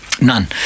None